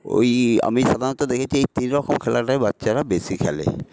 ওই আমি সাধারণত দেখেছি এই তিনরকম খেলাটাই বাচ্চারা বেশি খেলে